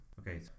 okay